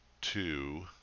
two